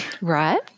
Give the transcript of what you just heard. Right